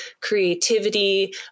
creativity